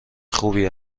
خوبی